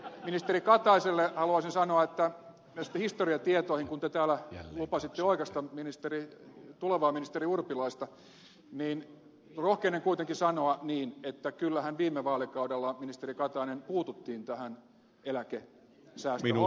ministeri kataiselle haluaisin sanoa näihin historiatietoihin kun te täällä lupasitte oikaista tulevaa ministeri urpilaista niin rohkenen kuitenkin sanoa niin että kyllähän viime vaalikaudella ministeri katainen puututtiin tähän eläkesäästöhommaan